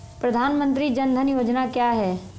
प्रधानमंत्री जन धन योजना क्या है?